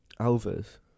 Alves